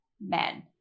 men